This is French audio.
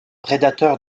prédateur